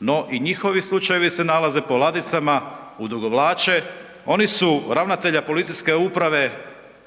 No i njihovi slučajevi se nalaze po ladicama, odugovlače, oni su ravnatelja Policijske uprave